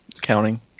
counting